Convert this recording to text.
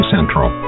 Central